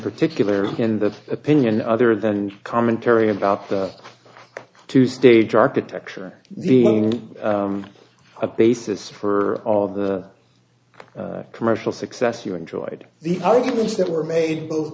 particular in the opinion other than commentary about two stage architecture being a basis for all of the commercial success you enjoyed the arguments that were made both